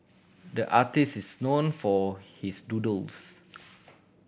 the artist is known for his doodles